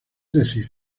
decir